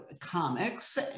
comics